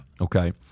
okay